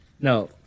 No